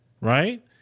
Right